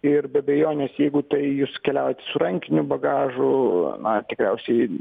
ir be abejonės jeigu tai jūs keliaujat su rankiniu bagažu na tikriausiai